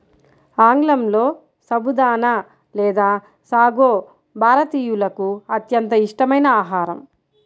ఆంగ్లంలో సబుదానా లేదా సాగో భారతీయులకు అత్యంత ఇష్టమైన ఆహారం